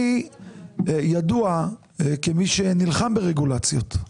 אני ידוע כמי שנלחם ברגולציות.